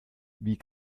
wie